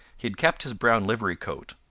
he had kept his brown livery-coat,